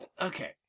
Okay